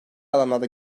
alanlarda